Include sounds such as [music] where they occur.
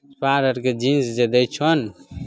[unintelligible] आरके जींस जे दै छौ ने